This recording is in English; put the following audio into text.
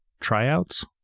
Tryouts